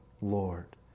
Lord